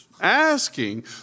Asking